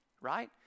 right